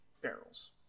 barrels